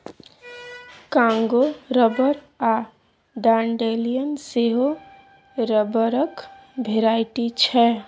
Congo rubber आ dandelion सेहो रबरक भेराइटी छै